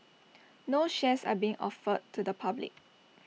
no shares are being offered to the public